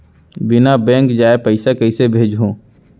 बिना बैंक जाए पइसा कइसे भेजहूँ?